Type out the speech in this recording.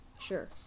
Sure